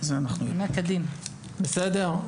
בסדר?